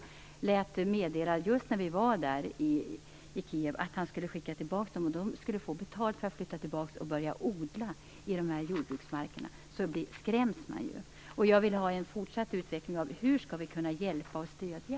Just när vi var i Kijev lät presidenten meddela att människor skulle få betalt för att flytta tillbaka och börja odla dessa jordbruksmarker. Det är skrämmande. Hur skall vi kunna hjälpa och stödja?